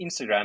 Instagram